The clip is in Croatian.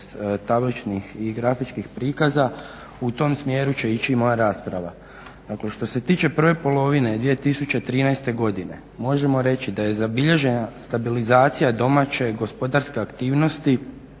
tabličnih i grafičkih prikaza u tom smjeru će ići i moja rasprava. Dakle što se tiče prve polovine 2013.godine možemo reći da je zabilježena stabilizacija domaće gospodarske aktivnosti